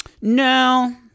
No